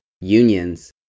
unions